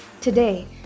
Today